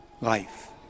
life